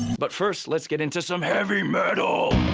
but first, let's get into some heavy metal.